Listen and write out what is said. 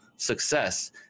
success